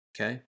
Okay